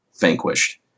Vanquished